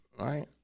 right